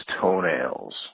toenails